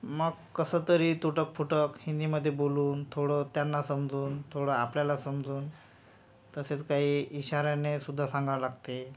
मग कसंतरी तुटकफुटक हिंदीमधे बोलून थोडं त्यांना समजून थोडं आपल्याला समजून तसेच काही इशाऱ्यानेसुद्धा सांगावं लागते